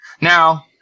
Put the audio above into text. Now